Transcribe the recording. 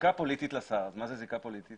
זיקה פוליטית לשר, מה זאת זיקה פוליטית?